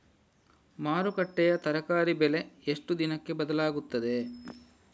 ಮಾರುಕಟ್ಟೆಯ ತರಕಾರಿ ಬೆಲೆ ಎಷ್ಟು ದಿನಕ್ಕೆ ಬದಲಾಗುತ್ತದೆ?